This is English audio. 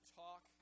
talk